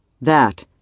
That